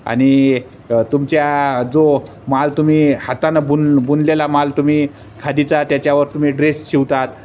आणि तुमच्या जो माल तुम्ही हातानं बुन बुनलेला माल तुम्ही खादीचा त्याच्यावर तुम्ही ड्रेस शिवतात